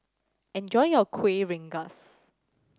enjoy your Kuih Rengas